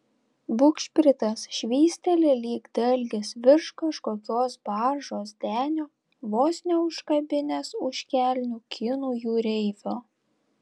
bugšpritas švysteli lyg dalgis virš kažkokios baržos denio vos neužkabinęs už kelnių kinų jūreivio